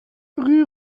rue